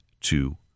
two